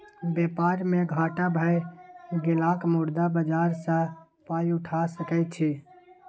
बेपार मे घाटा भए गेलासँ मुद्रा बाजार सँ पाय उठा सकय छी